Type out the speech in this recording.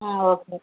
ஆ okay